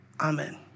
Amen